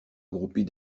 groupie